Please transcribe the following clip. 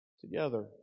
together